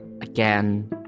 Again